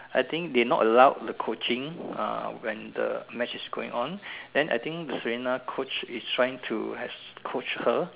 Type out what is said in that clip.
I think they not allowed the coaching uh when the match is going on then I think the Serena Coach is trying to Coach her